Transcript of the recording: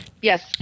Yes